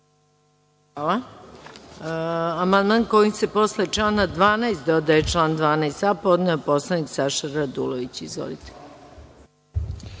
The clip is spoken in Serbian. Hvala.